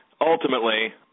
ultimately